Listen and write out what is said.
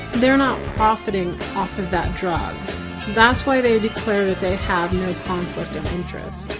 they're not profiting off of that drug that's why they declare that they have no conflict of interest.